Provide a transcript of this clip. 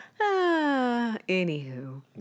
Anywho